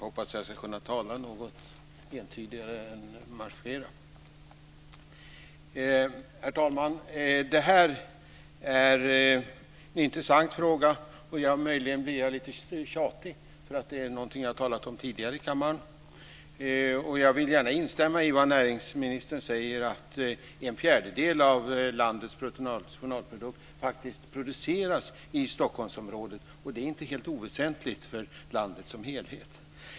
Herr talman! Detta är en intressant fråga. Möjligen blir jag lite tjatig eftersom det är något som jag talat om tidigare i kammaren. Jag vill gärna instämma i vad näringsministern säger. En fjärdedel av landets bruttonationalprodukt produceras i Stockholmsområdet. Det är inte helt oväsentligt för landet som helhet.